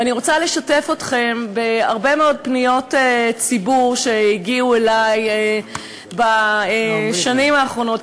אני רוצה לשתף אתכם בהרבה מאוד פניות ציבור שהגיעו אלי בשנים האחרונות,